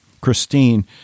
Christine